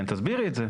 תסבירי את זה.